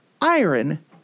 Iron